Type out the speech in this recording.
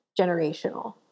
generational